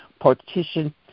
Partition